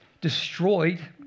destroyed